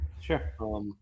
Sure